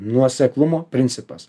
nuoseklumo principas